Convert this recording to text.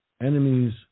Enemies